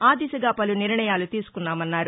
ఆ దిశగా పలు నిర్ణయాలు తీసుకున్నామన్నారు